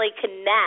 connect